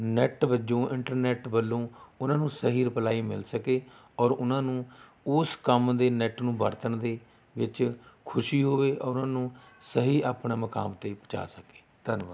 net ਵਜੋਂ internet ਵੱਲੋਂ ਉਹਨਾਂ ਨੂੰ ਸਹੀ ਰਿਪਲਾਈ ਮਿਲ ਸਕੇ ਔਰ ਉਹਨਾਂ ਨੂੰ ਉਸ ਕੰਮ ਦੇ ਨੈੱਟ ਨੂੁੰ ਵਰਤਣ ਦੇ ਵਿੱਚ ਖੁਸ਼ੀ ਹੋਵੇ ਔਰ ਉਹਨਾਂ ਨੂੰ ਸਹੀ ਆਪਣਾ ਮੁਕਾਮ 'ਤੇ ਪਹੁੰਚਾ ਸਕੇ ਧੰਨਵਾਦ